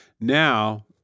Now